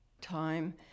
time